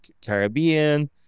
Caribbean